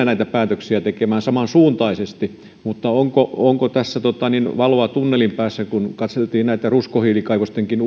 näitä päätöksiä tekemään samansuuntaisesti onko onko tässä valoa tunnelin päässä kun katseltiin näitä ruskohiilikaivostenkin